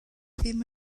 ddim